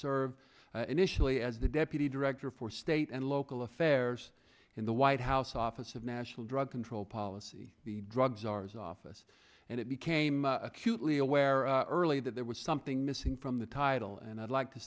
serve initially as the deputy director for state and local affairs in the white house office of national drug control policy the drug czar's office and it became acutely aware early that there was something missing from the title and i'd like to